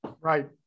Right